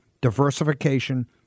Diversification